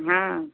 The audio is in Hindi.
हाँ